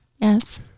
Yes